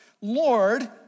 Lord